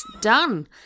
done